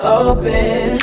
open